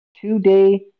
two-day